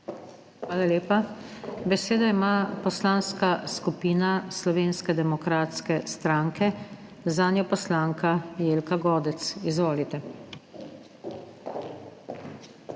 Hvala lepa. Besedo ima Poslanska skupina Slovenske demokratske stranke, zanjo poslanka Jelka Godec. Izvolite.